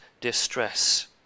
distress